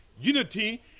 unity